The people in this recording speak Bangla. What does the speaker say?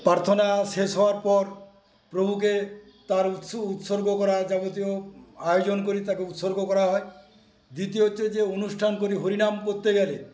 প্রার্থনা শেষ হওয়ার পর প্রভুকে তার উৎসর্গ করা যাবতীয় আয়োজন করি তাকে উৎসর্গ করা হয় দ্বিতীয়ত যে অনুষ্ঠান করি হরিনাম করতে গেলে